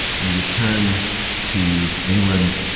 we return to england,